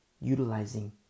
Utilizing